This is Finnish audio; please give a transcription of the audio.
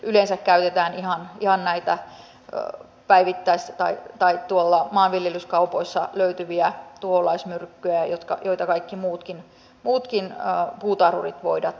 yleensä käytetään ihan näitä päivittäis tai maanviljelyskaupoissa löytyviä tuholaismyrkkyjä joita kaikki muutkin puutarhurit voivat käyttää